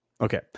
Okay